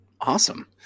Awesome